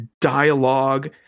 dialogue